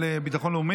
34,